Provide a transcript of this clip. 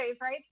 Right